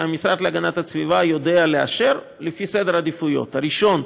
שהמשרד להגנת הסביבה יודע לאשר לפי סדר עדיפויות: הראשונה,